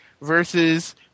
versus